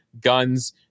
guns